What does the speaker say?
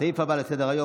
הסעיף הבא על סדר-היום,